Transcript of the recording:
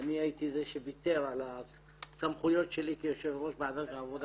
אני הייתי זה שוויתר על הסמכויות שלי כיושב-ראש ועדת העבודה